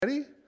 Ready